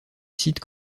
site